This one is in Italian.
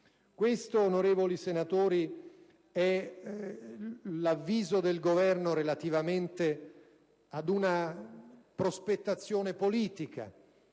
Onorevoli senatori, questo è l'avviso del Governo relativamente ad una prospettazione politica